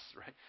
right